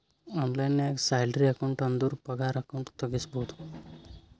online ನಾಗ್ salary account ಅಂದುರ್ ಪಗಾರ ಅಕೌಂಟ್ ತೆಗುಸ್ಬೋದು